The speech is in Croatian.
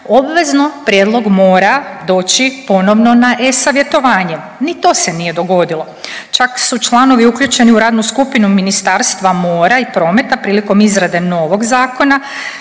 obvezno prijedlog mora doći ponovno na e-savjetovanje. Ni to se nije dogodilo. Čak su članovi uključeni u radnu skupinu Ministarstva mora i prometa prilikom izrade novog zakona